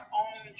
own